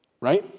right